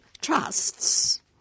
trusts